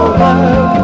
love